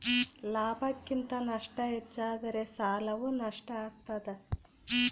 ಲಾಭಕ್ಕಿಂತ ನಷ್ಟ ಹೆಚ್ಚಾದರೆ ಸಾಲವು ನಷ್ಟ ಆಗ್ತಾದ